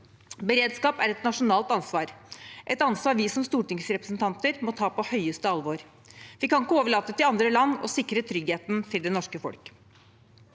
Beredskap er et nasjonalt ansvar, et ansvar vi som stortingsrepresentanter må ta på høyeste alvor. Vi kan ikke overlate til andre land å sikre tryggheten til det norske folk.